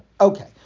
Okay